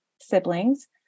siblings